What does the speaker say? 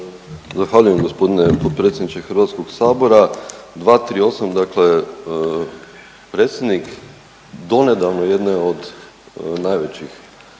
Zahvaljujem gospodine potpredsjedniče Hrvatskog sabora. 238. dakle predsjednik donedavno jedne od najvećih